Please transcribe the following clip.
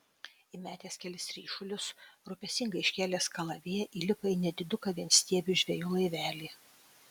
įmetęs kelis ryšulius rūpestingai iškėlęs kalaviją įlipa į nediduką vienstiebį žvejų laivelį